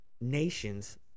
nations